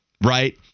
Right